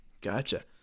Gotcha